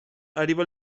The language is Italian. arriva